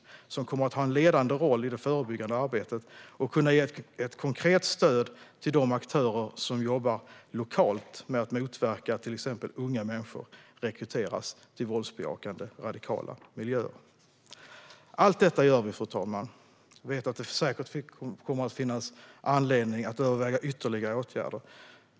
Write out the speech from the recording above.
Detta centrum kommer att ha en ledande roll i det förebyggande arbetet och kommer att kunna ge ett konkret stöd till de aktörer som jobbar lokalt med att motverka till exempel att unga människor rekryteras till våldsbejakande radikala miljöer. Allt detta gör vi, fru talman. Jag vet att det säkert kommer att finns anledning att överväga ytterligare åtgärder.